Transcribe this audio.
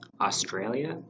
Australia